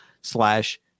slash